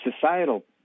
societal